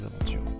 aventures